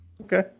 Okay